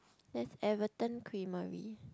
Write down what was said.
there's Everton Creamery